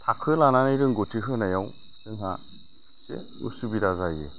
थाखो लानानै रोंगौथि होनायाव जोंहा एसे असुबिदा जायो